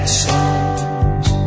songs